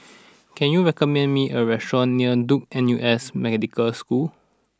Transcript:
can you recommend me a restaurant near Duke N U S Medical School